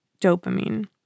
dopamine